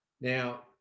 Now